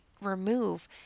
remove